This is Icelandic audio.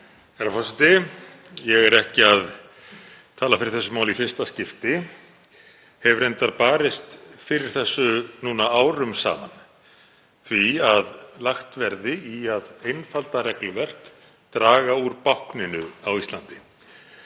Herra forseti. Ég er ekki að tala fyrir þessu máli í fyrsta skipti, hef reyndar barist fyrir því núna árum saman að lagt verði í að einfalda regluverk, draga úr bákninu á Íslandi.